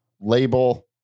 label